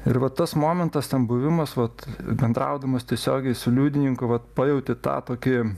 ir va tas momentas ten buvimas vat bendraudamas tiesiogiai su liudininku vat pajauti tą tokį